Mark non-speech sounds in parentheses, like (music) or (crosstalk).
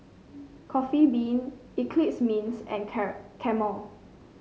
Coffee Bean Eclipse Mints and (unintelligible) Camel